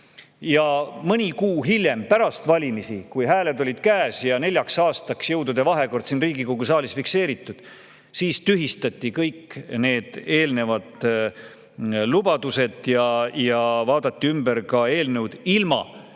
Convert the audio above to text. Aga mõni kuu hiljem, pärast valimisi, kui hääled olid käes ja neljaks aastaks jõudude vahekord siin Riigikogu saalis fikseeritud, tühistati kõik need eelnevad lubadused ja vaadati ümber ka eelnõud, ilma